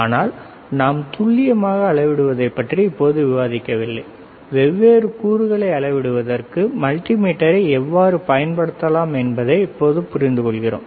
ஆனால் நாம் துல்லியமாக அளவிடுவதைப் பற்றி இப்போது விவாதிக்கவில்லை வெவ்வேறு கூறுகளை அளவிடுவதற்கு மல்டிமீட்டரை எவ்வாறு பயன்படுத்தலாம் என்பதையே இப்போது புரிந்துகொள்கிறோம்